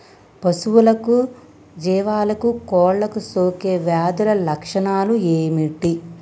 పశువులకు జీవాలకు కోళ్ళకు సోకే వ్యాధుల లక్షణాలు ఏమిటి?